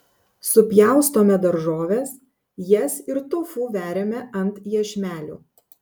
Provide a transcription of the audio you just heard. supjaustome daržoves jas ir tofu veriame ant iešmelių